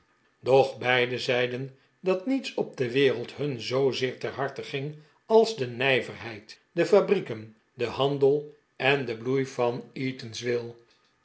doch beide zeiden dat niets op de wereld hun zoozeer ter harte ging als de nijverheid de fabrieken de handel en de bloei van eatanswill